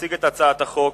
יציג את הצעת החוק